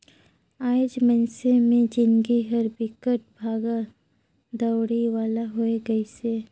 आएज मइनसे मे जिनगी हर बिकट भागा दउड़ी वाला होये गइसे